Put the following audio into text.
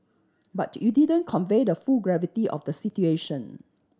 but you didn't convey the full gravity of the situation